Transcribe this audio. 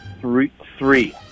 three